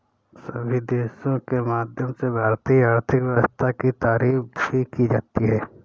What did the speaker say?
सभी देशों के माध्यम से भारतीय आर्थिक व्यवस्था की तारीफ भी की जाती है